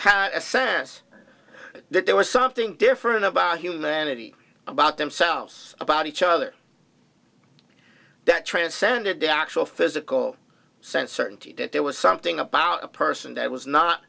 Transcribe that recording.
had a sense that there was something different about humanity about themselves about each other that transcended the actual physical sense certainty that there was something about a person that was not